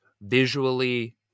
visually